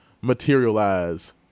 materialize